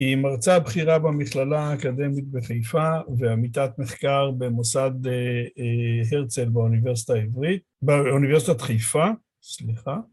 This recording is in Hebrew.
היא מרצה בכירה במכללה ‫האקדמית בחיפה ‫ועמיתת מחקר במוסד הרצל ‫באוניברסיטת חיפה. ‫סליחה.